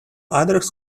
others